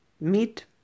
meat